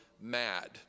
mad